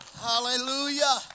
Hallelujah